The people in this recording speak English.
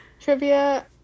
trivia